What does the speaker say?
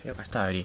ya I start already